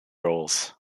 roles